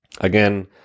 again